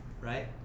right